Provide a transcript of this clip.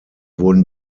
wurden